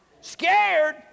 scared